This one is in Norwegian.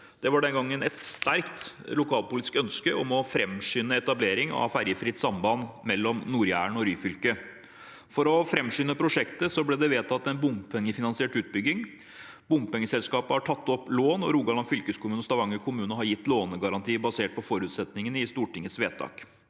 Det var den gangen et sterkt lokalpolitisk ønske om å framskynde etableringen av et ferjefritt samband mellom Nord-Jæren og Ryfylke. For å framskynde prosjektet ble det vedtatt en bompengefinansiert utbygging. Bompengeselskapet har tatt opp lån, og Rogaland fylkeskommune og Stavanger kommune har gitt lånegaranti basert på forutsetningene i Stortingets vedtak.